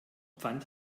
pfand